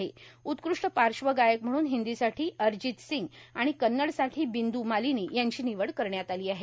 तर उत्कृष्ट पार्श्वगायक म्हणून हिंदीसाठी अर्जित सिंग आणि कव्नडसाठी बिंदू मालिनी यांची निवड करण्यात आली आहे